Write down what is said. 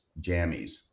jammies